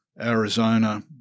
Arizona